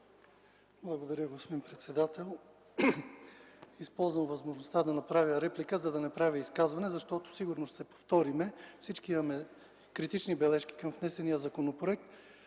Благодаря, господин председател. Използвам възможността да направя реплика, за да не правя изказване, защото сигурно ще се повторим. Всички имаме критични бележки към внесения законопроект,